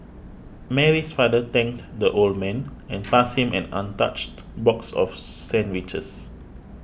Mary's father thanked the old man and passed him an untouched box of sandwiches